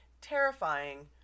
terrifying